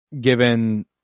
Given